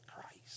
Christ